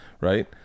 right